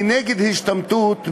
אני נגד השתמטות,